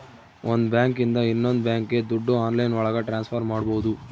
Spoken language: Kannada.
ಒಂದ್ ಬ್ಯಾಂಕ್ ಇಂದ ಇನ್ನೊಂದ್ ಬ್ಯಾಂಕ್ಗೆ ದುಡ್ಡು ಆನ್ಲೈನ್ ಒಳಗ ಟ್ರಾನ್ಸ್ಫರ್ ಮಾಡ್ಬೋದು